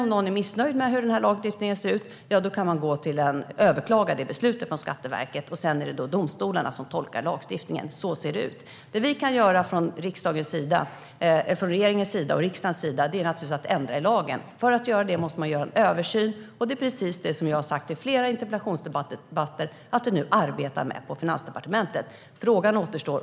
Om någon är missnöjd med hur lagstiftningen har tolkats kan man överklaga Skatteverkets beslut. Då är det domstolarna som får tolka lagstiftningen. Så ser det ut. Det riksdagen och regeringen kan göra är att ändra lagen. För att göra det måste man göra en översyn. Det är precis det som jag har sagt i flera interpellationsdebatter att vi nu arbetar med på Finansdepartementet.